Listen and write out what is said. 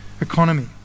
economy